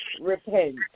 repent